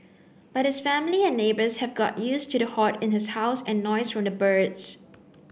but his family and neighbours have got used to the hoard in his house and noise from the birds